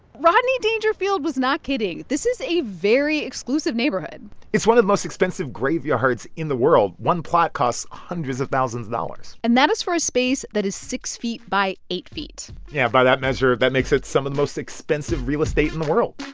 rodney dangerfield was not kidding. this is a very exclusive neighborhood it's one of the most expensive graveyards in the world. one plot costs hundreds of thousands of dollars and that is for a space that is six feet by eight feet yeah. by that measure, that makes it some of the most expensive real estate in the world